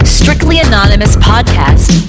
strictlyanonymouspodcast